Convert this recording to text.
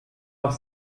auch